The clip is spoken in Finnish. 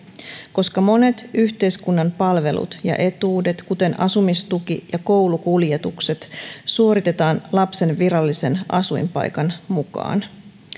koska monet yhteiskunnan palvelut ja etuudet kuten asumistuki ja koulukuljetukset suoritetaan lapsen virallisen asuinpaikan mukaan